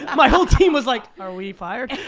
and my whole team was like are we fired?